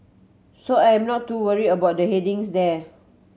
so I am not too worry about the headings there